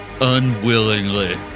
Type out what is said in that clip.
unwillingly